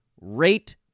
rate